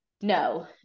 no